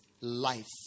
life